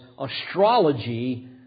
astrology